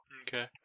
Okay